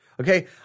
Okay